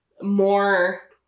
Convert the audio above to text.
more